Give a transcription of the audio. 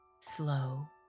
slow